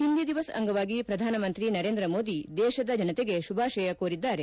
ಹಿಂದಿ ದಿವಸ್ ಅಂಗವಾಗಿ ಪ್ರಧಾನಮಂತ್ರಿ ನರೇಂದ್ರ ಮೋದಿ ದೇಶದ ಜನಶೆಗೆ ಶುಭಾಶಯ ಕೋರಿದ್ದಾರೆ